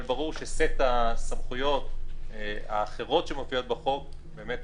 אבל ברור שסט הסמכויות האחרות שמופיעות בחוק הן באמת